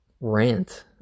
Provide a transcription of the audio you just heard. rant